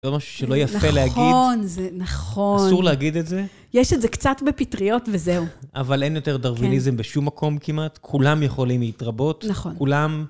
זה משהו שלא יפה להגיד. נכון, זה... נכון. אסור להגיד את זה. יש את זה קצת בפטריות, וזהו. אבל אין יותר דרוויניזם בשום מקום כמעט. כולם יכולים להתרבות. נכון. כולם..